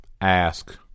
Ask